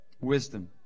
Wisdom